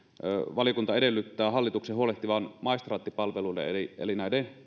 edellyttää hallituksen huolehtivan maistraattipalveluiden eli eli